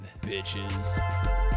bitches